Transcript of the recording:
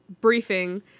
briefing